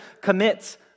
commits